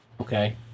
okay